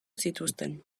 zituzten